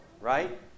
right